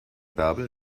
bärbel